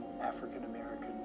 African-American